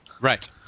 Right